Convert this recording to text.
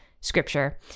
scripture